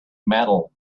metal